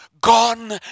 gone